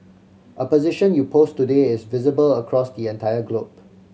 a position you post today is visible across the entire globe